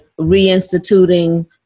reinstituting